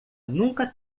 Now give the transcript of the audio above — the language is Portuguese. nunca